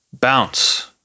Bounce